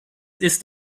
ist